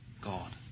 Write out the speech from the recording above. God